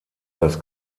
das